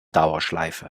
dauerschleife